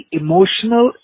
emotional